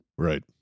Right